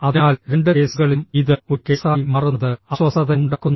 അതിനാൽ രണ്ട് കേസുകളിലും ഇത് ഒരു കേസായി മാറുന്നത് അസ്വസ്ഥതയുണ്ടാക്കുന്നു